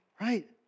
Right